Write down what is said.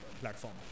platform